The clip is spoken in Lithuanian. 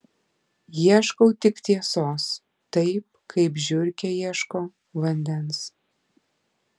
ieškau tik tiesos taip kaip žiurkė ieško vandens